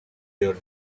your